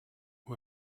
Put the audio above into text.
who